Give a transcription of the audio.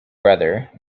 brother